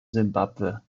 simbabwe